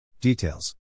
Details